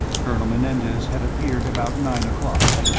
colonel menendez had appeared about nine o'clock.